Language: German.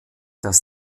dass